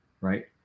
right